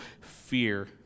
fear